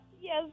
Yes